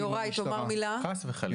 חס וחלילה.